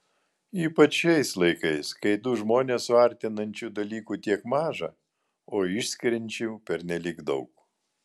ypač šiais laikais kai du žmones suartinančių dalykų tiek maža o išskiriančių pernelyg daug